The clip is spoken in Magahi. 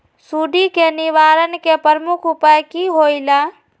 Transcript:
सुडी के निवारण के प्रमुख उपाय कि होइला?